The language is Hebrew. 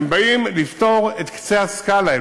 באים לפתור את קצה הסקאלה,